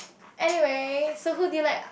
anyway so who do you like ah